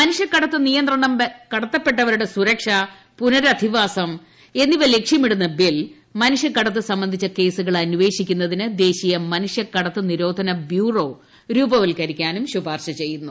മനുഷ്യക്കടത്ത് നിയന്ത്രണം കടത്തപ്പെട്ടവരുടെ സുരക്ഷ പുനരധിവാസം എന്നിവ ലക്ഷ്യമിടുന്ന ബിൽ മനുഷ്യക്കടത്ത് സംബന്ധിച്ച കേസുകൾ അന്വേഷിക്കുന്നതിന്റ് ദേശീയ മനുഷ്യക്കടത്ത് നിരോധന ബ്യൂറോ രൂപവത്ക്കരിക്കാറും ശുപാർശ ചെയ്യുന്നു